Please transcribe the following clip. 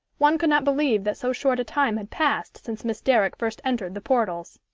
one could not believe that so short a time had passed since miss derrick first entered the portals.